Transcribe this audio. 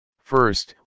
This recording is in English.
First